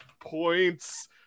points